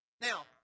Now